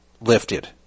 lifted